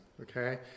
Okay